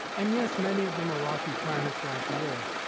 and yes, many of them are rocky planets like the earth,